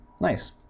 Nice